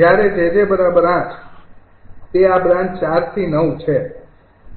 જ્યારે 𝑗𝑗૮ તે આ બ્રાન્ચ ૪ થી ૯ છે